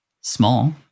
small